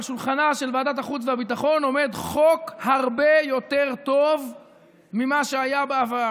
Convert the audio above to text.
על שולחנה של ועדת החוץ והביטחון עומד חוק הרבה יותר טוב ממה שהיה בעבר,